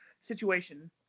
situation